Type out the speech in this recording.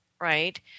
right